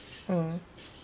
mm